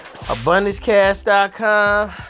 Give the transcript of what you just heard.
abundancecast.com